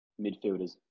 midfielders